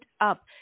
up